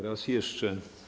Raz jeszcze.